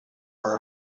are